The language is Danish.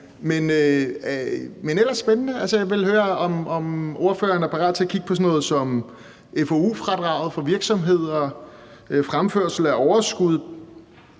er ellers spændende. Jeg vil høre, om ordføreren er parat til at kigge på sådan noget som FoU-fradraget for virksomheder, fremførsel af overskud,